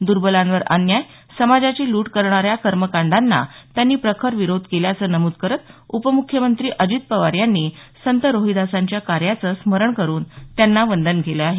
दुर्बलांवर अन्याय समाजाची लूट करणाऱ्या कर्मकांडांना त्यांनी प्रखर विरोध केल्याचं नमुद करत उपमुख्यमंत्री अजित पवार यांनी संत रोहिदासांच्या कार्याचं स्मरण करुन त्यांना वंदन केलं आहे